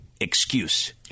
excuse